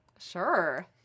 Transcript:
Sure